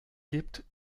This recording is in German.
gibt